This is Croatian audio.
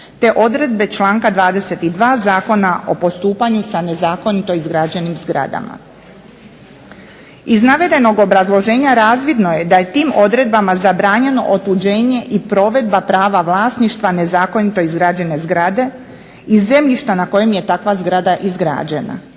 te odredbe članka 22. Zakona o postupanju sa nezakonito izgrađenim zgradama. Iz navedenog obrazloženja razvidno je da je tim odredbama zabranjeno otuđenje i provedba prava vlasništva nezakonito izgrađene zgrade i zemljišta na kojem je takva zgrada izgrađena,